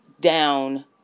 down